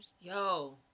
Yo